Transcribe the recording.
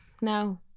no